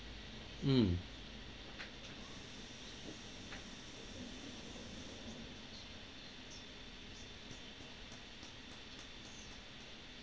mm